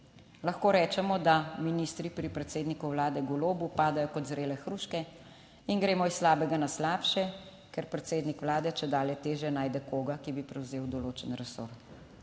Lahko rečemo, da ministri pri predsedniku vlade Golobu padajo kot zrele hruške in gremo iz slabega na slabše, ker predsednik vlade čedalje težje najde koga, ki bi prevzel določen resor.